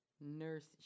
Nurse